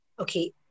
Okay